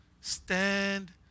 Stand